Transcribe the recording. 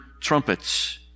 trumpets